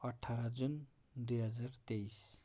अठार जुन दुई हजार तेइस